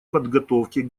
подготовке